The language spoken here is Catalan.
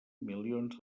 milions